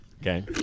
okay